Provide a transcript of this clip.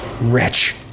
Wretch